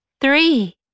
three